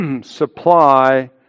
supply